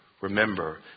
remember